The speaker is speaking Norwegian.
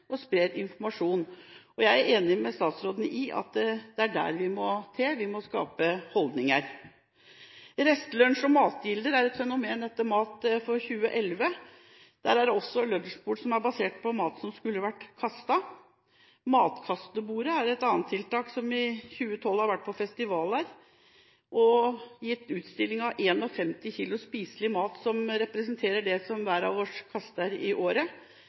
og sprer informasjon. Jeg er enig med statsråden i at det er der vi må komme til – vi må skape holdninger. Restelunsjer og matgilder er et fenomen etter Mat for 2011. Der er det også lunsjbord som er basert på mat som skulle vært kastet. Matkastebordet er et annet tiltak som i 2012 har vært på festivaler, med en utstilling av 51 kg spiselig mat, som representerer det som hver av oss kaster i året,